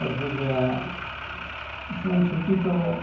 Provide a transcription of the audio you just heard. सब कुछ जो है इस वाली छुट्टी तो